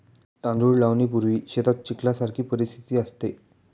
तांदूळ लावणीपूर्वी शेतात चिखलासारखी परिस्थिती असते